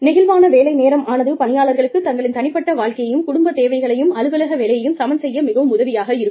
நெகிழ்வான வேலை நேரம் ஆனது பணியாளர்களுக்கு தங்களின் தனிப்பட்ட வாழ்க்கையையும் குடும்பத் தேவைகளையும் அலுவலக வேலையையும் சமன்செய்ய மிகவும் உதவியாக இருக்கும்